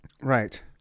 Right